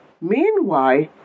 Meanwhile